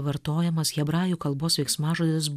vartojamas hebrajų kalbos veiksmažodis